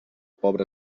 pobre